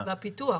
את הפיתוח,